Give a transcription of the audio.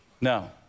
No